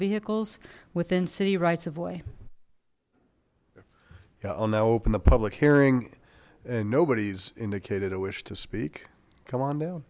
vehicles within city rights of way yeah i'll now open the public hearing and nobody's indicated a wish to speak come on dow